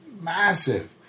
massive